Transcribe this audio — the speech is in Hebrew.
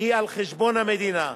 היא על חשבון המדינה.